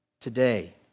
today